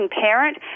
parent